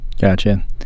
Gotcha